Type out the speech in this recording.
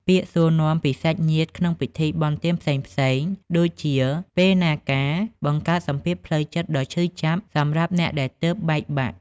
ពាក្យសួរនាំពីសាច់ញាតិក្នុងពិធីបុណ្យទានផ្សេងៗ ដូចជា "ពេលណាការ?" បង្កើតជាសម្ពាធផ្លូវចិត្តដ៏ឈឺចាប់សម្រាប់អ្នកដែលទើបបែកបាក់។